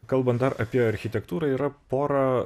kalbant dar apie architektūrą yra pora